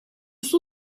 suo